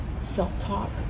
self-talk